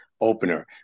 opener